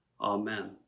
Amen